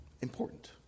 important